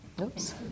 oops